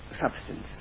substance